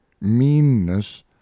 meanness